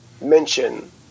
mention